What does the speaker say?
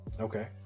okay